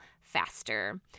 faster